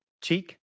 Cheek